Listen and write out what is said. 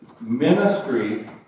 ministry